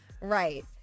Right